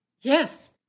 Yes